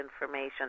information